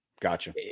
Gotcha